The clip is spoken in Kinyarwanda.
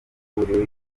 magufuli